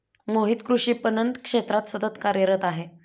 मोहित कृषी पणन क्षेत्रात सतत कार्यरत आहे